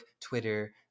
Twitter